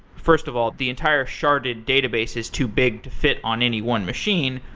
first of all, the entire sharded database is too big to fit on any one machine.